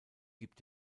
gibt